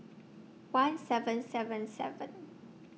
one seven seven seven